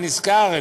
אני נזכר,